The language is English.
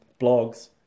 blogs